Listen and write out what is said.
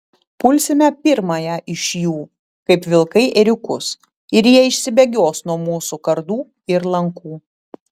pulsime pirmąją iš jų kaip vilkai ėriukus ir jie išsibėgios nuo mūsų kardų ir lankų